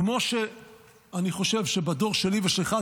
כמו שאני חושב שבדור שלי ושלך,